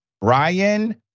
Brian